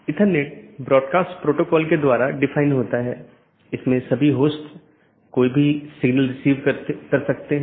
इन साथियों के बीच BGP पैकेट द्वारा राउटिंग जानकारी का आदान प्रदान किया जाना आवश्यक है